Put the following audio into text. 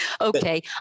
okay